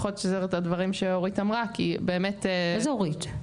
פחות או יותר הדברים שאורית אמרה כי באמת -- איזה אורית?